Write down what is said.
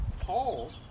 Paul